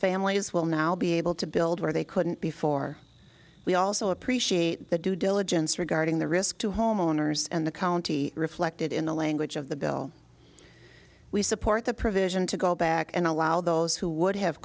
families will now be able to build where they couldn't before we also appreciate the due diligence regarding the risk to homeowners and the county reflected in the language of the bill we support the provision to go back and allow those who would have